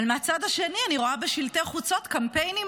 אבל מהצד השני אני רואה בשלטי חוצות קמפיינים